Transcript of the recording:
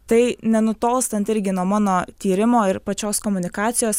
tai nenutolstant irgi nuo mano tyrimo ir pačios komunikacijos